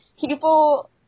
People